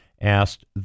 asked